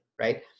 right